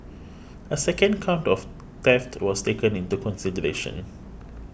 a second count of theft was taken into consideration